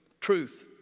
Truth